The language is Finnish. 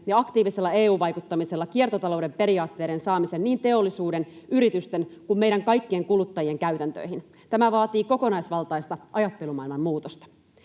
ja aktiivisella EU-vaikuttamisella kiertotalouden periaatteiden saamisen niin teollisuuden, yritysten kuin meidän kaikkien kuluttajien käytäntöihin. Tämä vaatii kokonaisvaltaista ajattelumaailman muutosta.